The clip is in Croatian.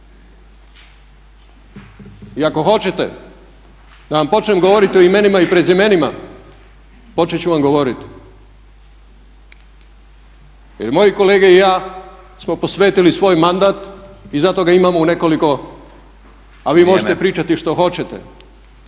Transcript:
I ako hoćete da vam počnem govoriti o imenima i prezimenima počet ću vam govoriti. Jer moji kolege i ja smo posvetili svoj mandat, i zato ga imamo u nekoliko, a vi možete pričati što hoćete,